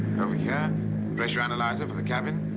over here, pressure analyzer for the cabin.